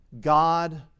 God